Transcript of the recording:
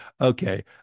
okay